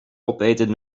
opeten